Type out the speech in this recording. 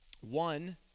One